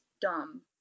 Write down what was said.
dumb